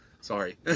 Sorry